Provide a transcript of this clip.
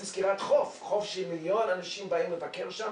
סגירת חוף שמיליון אנשים באים לבקר בו,